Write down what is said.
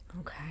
Okay